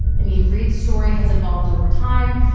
i mean reade's story has evolved over time.